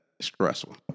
stressful